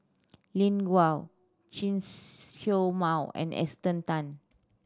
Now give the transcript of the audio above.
Lin Gao Chen Show Mao and Esther Tan